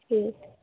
ठीक